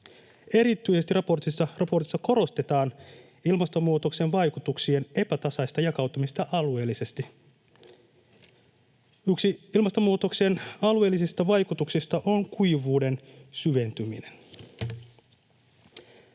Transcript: Erityisesti raportissa korostetaan ilmastonmuutoksen vaikutuksien epätasaista jakautumista alueellisesti. Yksi ilmastonmuutoksen alueellisista vaikutuksista on kuivuuden syventyminen.